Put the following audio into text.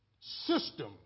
system